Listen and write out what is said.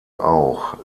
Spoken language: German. auch